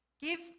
Give